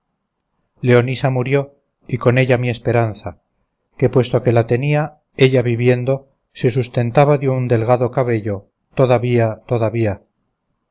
leonisa murió y con ella mi esperanza que puesto que la que tenía ella viviendo se sustentaba de un delgado cabello todavía todavía